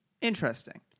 interesting